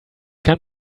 kein